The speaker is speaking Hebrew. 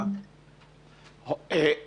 אדוני, אפשר?